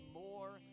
more